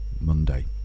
Monday